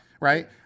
Right